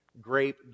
grape